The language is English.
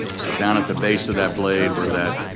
so down at the base of that blade where that